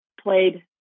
played